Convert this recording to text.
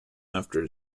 after